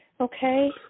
Okay